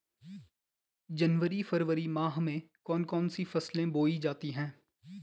जनवरी फरवरी माह में कौन कौन सी फसलें बोई जाती हैं?